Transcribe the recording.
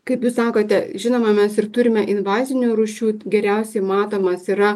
kaip jūs sakote žinoma mes ir turime invazinių rūšių geriausiai matomas yra